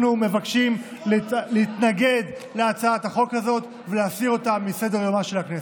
אנחנו מבקשים להתנגד להצעת החוק הזאת ולהסיר אותה מסדר-יומה של הכנסת.